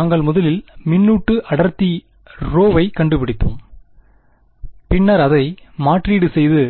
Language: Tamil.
நாங்கள் முதலில் மின்னூட்டு அடர்த்தி ரோவைக் கண்டுபிடித்தோம் பின்னர் அதை மாற்றீடு செய்து